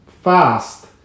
fast